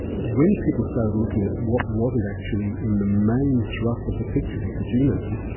when people started looking at what wasn't actually in the main thrust of the picture with the genome,